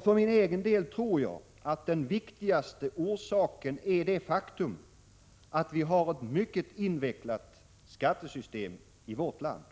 För min egen deltror jag, att den viktigaste orsaken är det faktum att vi har ett mycket invecklat skattesystem i vårt land.